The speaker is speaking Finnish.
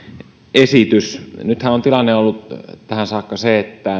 esitys nythän on tilanne ollut tähän saakka se että